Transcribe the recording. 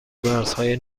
مرزهای